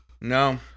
No